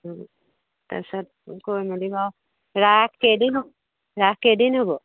তাৰপিছত কৈ মেলি বাৰু ৰাস কেইদিন হ ৰাস কেইদিন হ'ব